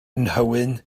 nhywyn